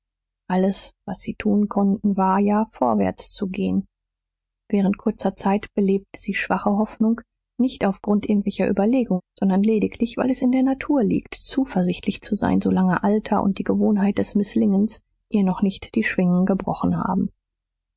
alles was sie tun konnten war ja vorwärts zu gehen während kurzer zeit belebte sie schwache hoffnung nicht auf grund irgendwelcher überlegung sondern lediglich weil es in der natur liegt zuversichtlich zu sein so lange alter und die gewohnheit des mißlingens ihr noch nicht die schwingen gebrochen haben